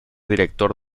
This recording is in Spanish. director